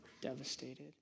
devastated